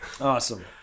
Awesome